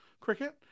cricket